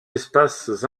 espaces